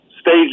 stage